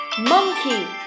Monkey